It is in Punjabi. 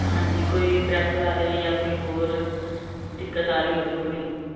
ਹਾਂਜੀ ਕੋਈ ਪ੍ਰੈਸ ਬਾਰੇ ਜਾਂ ਕੋਈ ਹੋਰ ਦਿੱਕਤ ਆ ਰਹੀ ਹੋਵੇ ਕੋਈ